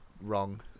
wrong